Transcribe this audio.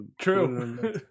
True